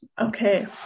okay